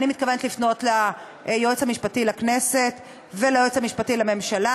אני מתכוונת לפנות ליועץ המשפטי לכנסת וליועץ המשפטי לממשלה